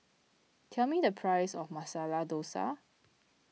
tell me the price of Masala Dosa